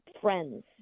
friends